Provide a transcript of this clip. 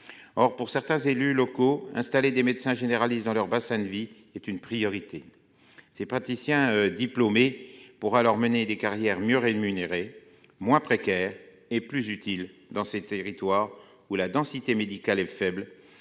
Or, pour certains élus locaux, installer des médecins généralistes dans leur bassin de vie est une priorité. Ces praticiens diplômés pourraient alors mener des carrières mieux rémunérées, moins précaires et plus utiles dans ces territoires où la densité médicale est faible